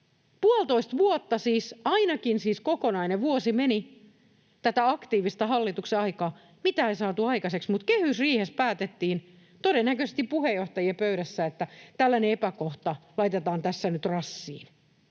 Puolitoista vuotta, siis ainakin kokonainen vuosi, meni tätä aktiivista hallituksen aikaa, mitään ei saatu aikaiseksi, mutta kehysriihessä päätettiin, todennäköisesti puheenjohtajien pöydässä, että tällainen epäkohta laitetaan tässä nyt rassiin.